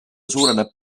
suureneb